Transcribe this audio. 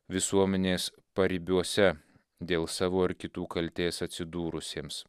visuomenės paribiuose dėl savo ar kitų kaltės atsidūrusiems